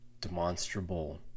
demonstrable